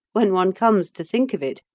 when one comes to think of it,